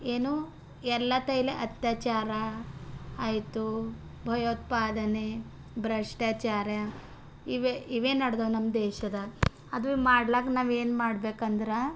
ಏನು ಎಲ್ಲ ತೈಲೆ ಅತ್ಯಾಚಾರ ಆಯಿತು ಭಯೋತ್ಪಾದನೆ ಭ್ರಷ್ಟಾಚಾರ ಇವೆ ಇವೆ ನಡ್ದವ ನಮ್ಮ ದೇಶದಾಗ ಅದುವೆ ಮಾಡ್ಲಾಕ ನಾವು ಏನು ಮಾಡ್ಬೇಕಂದ್ರೆ